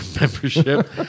membership